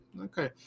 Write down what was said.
Okay